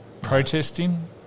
Protesting